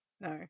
No